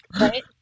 right